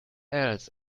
else